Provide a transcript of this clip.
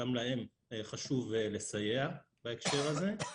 גם להם חשוב לסייע בהקשר הזה.